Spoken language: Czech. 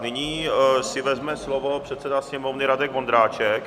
Nyní si vezme slovo předseda Sněmovny Radek Vondráček.